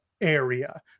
area